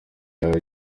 yahawe